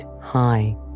high